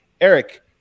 Eric